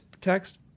text